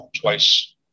twice